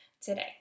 today